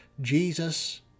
Jesus